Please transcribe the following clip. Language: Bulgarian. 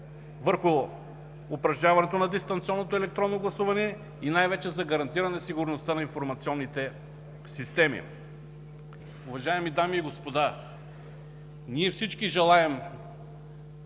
върху упражняването на дистанционното електронно гласуване и най-вече за гарантиране сигурността на информационните системи. Уважаеми дами и господа, всички ние желаем